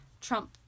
Trump